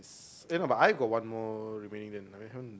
aye no but I got one more remaining that I haven't